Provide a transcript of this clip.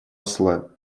осло